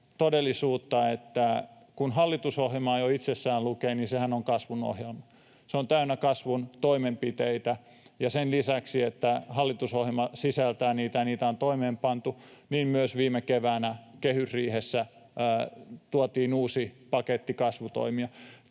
todellisuutta, että kun hallitusohjelmaa jo itsessään lukee, niin sehän on kasvun ohjelma, joka on täynnä kasvun toimenpiteitä, ja sen lisäksi, että hallitusohjelma sisältää niitä ja niitä on toimeenpantu, myös viime keväänä kehysriihessä tuotiin uusi paketti kasvutoimia.